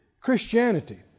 Christianity